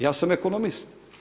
Ja sam ekonomist.